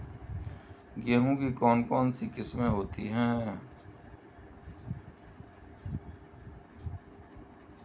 गेहूँ की कौन कौनसी किस्में होती है?